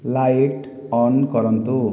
light on କରନ୍ତୁ